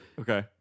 Okay